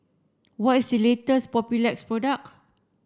what is the latest Papulex product